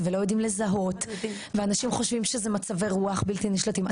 ולא יודעים לזהות ואנשים חושבים שזה מצבי רוח בלתי נשלטים.